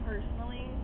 personally